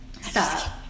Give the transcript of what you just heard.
Stop